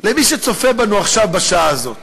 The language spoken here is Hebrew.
למי שצופה בנו עכשיו בשעה הזאת,